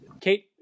Kate